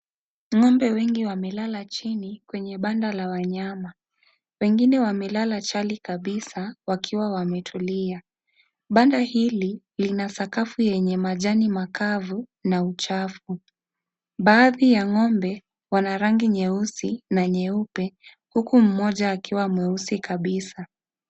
Ng'ombe wengi wamelala chini kwenye banda la wanyama. Wengine wamelala chali kabisa wakiwa wametulia. Banda hili lina sakafu yenye majani makavu na uchafu. Baadhi ya ng'ombe wana arangi nyeusi na nyeupe huku mmoja akiwa mweusi kabisa.